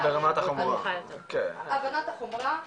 החומרה,